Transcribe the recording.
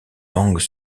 langue